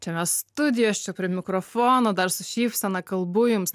čia mes studijoj aš čia prie mikrofono dar su šypsena kalbų jums